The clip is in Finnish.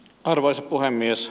arvoisa puhemies